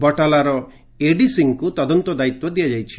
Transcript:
ବଟାଲାର ଏଡିସିଙ୍କୁ ତଦନ୍ତ ଦାୟିତ୍ୱ ଦିଆଯାଇଛି